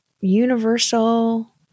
universal